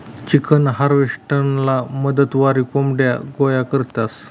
chicken हार्वेस्टरना मदतवरी कोंबड्या गोया करतंस